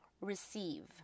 Receive